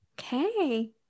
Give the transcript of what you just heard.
Okay